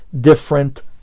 different